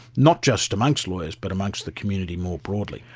not just amongst lawyers but amongst the community more broadly.